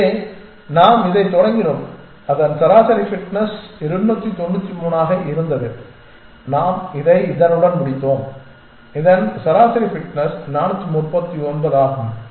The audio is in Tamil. எனவே நாம் இதைத் தொடங்கினோம் அதன் சராசரி ஃபிட்னாஸ் 293 ஆக இருந்தது நாம் இதை இதனுடன் முடித்தோம் இதன் சராசரி ஃபிட்னஸ் 439 ஆகும்